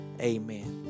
Amen